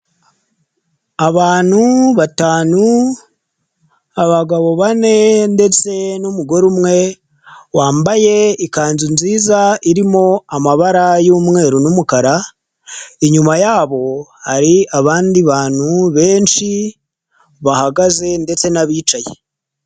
Abantu batanu; abagabo bane ndetse n'umugore umwe wambaye ikanzu nziza irimo amabara y'umweru n'umukara, inyuma yabo hari abandi bantu benshi bahagaze ndetse n'abicaye.